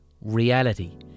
reality